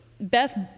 Beth